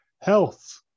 health